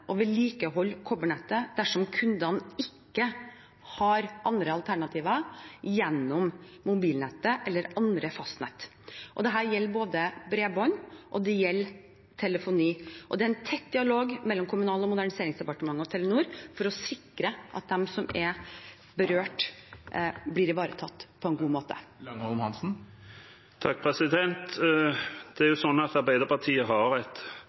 vedlikeholde kobbernettet dersom kundene ikke har andre alternativer, gjennom mobilnettet eller andre fastnett, og dette gjelder både bredbånd og telefoni. Det er en tett dialog mellom Kommunal- og moderniseringsdepartementet og Telenor for å sikre at de som er berørt, blir ivaretatt på andre måter. Det er jo sånn at Arbeiderpartiet har et